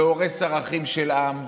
זה הורס ערכים של עם,